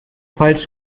falsch